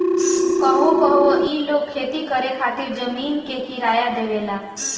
कहवो कहवो ई लोग खेती करे खातिर जमीन के किराया देवेला